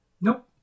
Nope